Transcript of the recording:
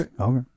Okay